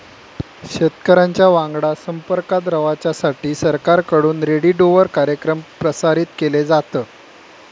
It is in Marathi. शेतकऱ्यांच्या वांगडा संपर्कात रवाच्यासाठी सरकारकडून रेडीओवर कार्यक्रम प्रसारित केले जातत